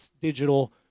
digital